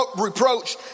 reproach